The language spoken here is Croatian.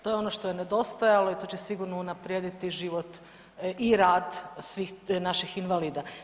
To je ono što je nedostajalo i to će sigurno unaprijediti život i rad svih naših invalida.